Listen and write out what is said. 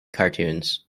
cartoons